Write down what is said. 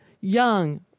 young